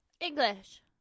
English